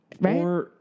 right